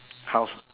house